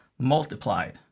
multiplied